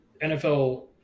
NFL